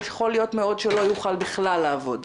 יכול להיות מאוד שלא יוכל בכלל לעבוד,